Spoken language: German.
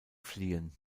fliehen